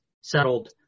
settled